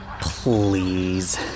Please